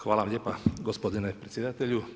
Hvala vam lijepa gospodine predsjedatelju.